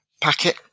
packet